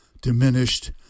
diminished